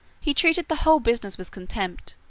he treated the whole business with contempt,